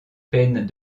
peines